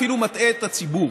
אפילו מטעה את הציבור.